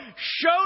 show